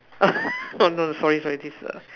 no no sorry sorry this a